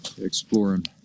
exploring